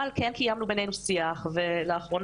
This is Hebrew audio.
אבל כן קיימנו בינינו שיח לאחרונה,